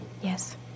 Yes